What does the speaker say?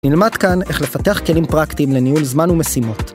נלמד כאן איך לפתח כלים פרקטיים לניהול זמן ומשימות.